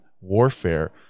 warfare